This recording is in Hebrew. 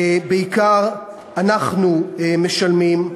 בעיקר אנחנו משלמים.